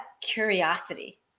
curiosity